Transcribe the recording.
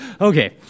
Okay